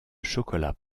chocolat